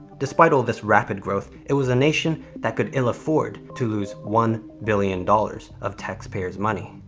despite all this rapid growth, it was a nation that could ill afford to lose one billion dollars of taxpayers' money.